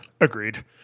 agreed